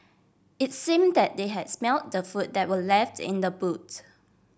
it's seem that they has smelt the food that were left in the boot